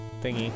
thingy